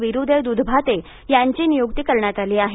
बिरुदेव दृधभाते यांची नियुक्ती करण्यात आली आहे